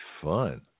fun